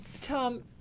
Tom